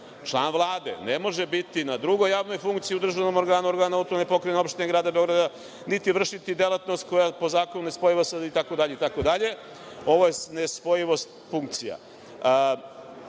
Član Vlade ne može biti na drugoj javnoj funkciji u državnom organu, organu uprave autonomne pokrajine, opštine, grada Beograda niti vršiti delatnost koja po zakonu je ne spojiva i tako dalje. Ovo je ne spojivost funkcija.